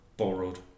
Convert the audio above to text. Borrowed